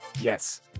Yes